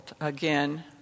again